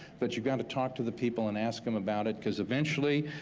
but you gotta talk to the people and ask them about it, because eventually